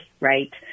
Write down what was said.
right